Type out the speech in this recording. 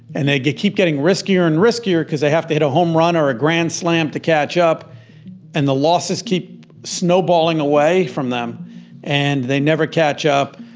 and they get keep getting riskier and riskier because they have to hit a homerun or a grand slam to catch up and the losses keep snowballing away from them and they never catch up.